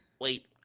wait